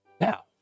Now